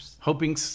hoping